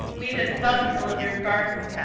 made a dunghill of your garden